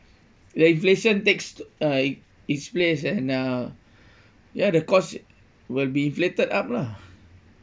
the inflation takes uh its place and uh ya the cost will be inflated up lah